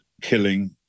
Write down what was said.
killing